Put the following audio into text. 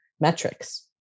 metrics